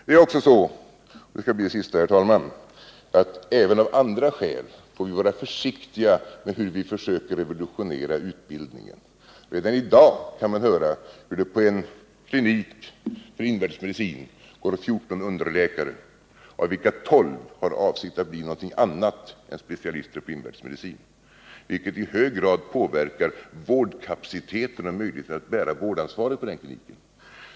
Det är vidare så — herr talman — att även av andra skäl får vi vara försiktiga med hur vi försöker revolutionera utbildningen. Redan i dag kan man höra hurdet på en klinik för invärtes medicin går 14 underläkare, av vilka 12 har för avsikt att bli något annat än specialister på invärtes medicin, vilket i hög grad påverkar vårdkapaciteten och möjligheterna att bära vårdansvaret på den kliniken.